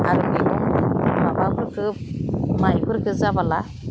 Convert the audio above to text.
आरो मौगं माबाफोरखौ माइफोरखौ जाबोला